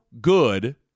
good